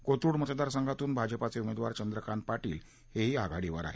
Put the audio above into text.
कोथरुड मतदारसंघातून भाजपाचे उमेदवार चंद्रकांत पाटील हेही आघाडीवर आहेत